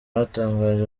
batangaje